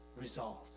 resolved